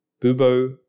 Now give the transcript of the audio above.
Bubo